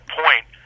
point